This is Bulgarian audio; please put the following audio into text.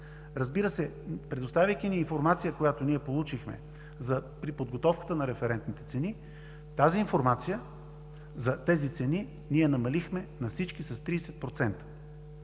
Разбира се, предоставяйки ни информация, която получихме при подготовката на референтните цени, с информацията за тези цени ние намалихме на всички с 30%.